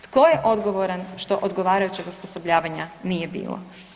Tko je odgovoran što odgovarajućeg osposobljavanja nije bilo?